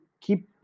keep